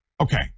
Okay